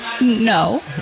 No